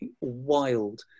wild